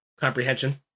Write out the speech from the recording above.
comprehension